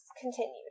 continued